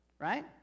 Right